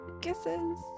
Kisses